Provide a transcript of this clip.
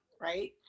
right